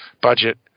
budget